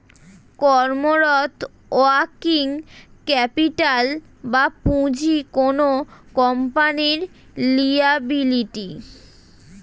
কর্মরত working capital বা পুঁজি কোনো কোম্পানির লিয়াবিলিটি